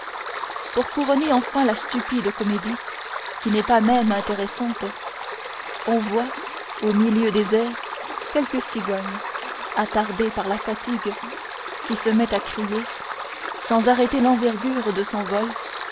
pour couronner enfin la stupide comédie qui n'est pas même intéressante on voit au milieu des airs quelque cigogne attardée par la fatigue qui se met à crier sans arrêter l'envergure de son vol